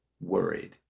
worried